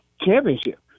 championship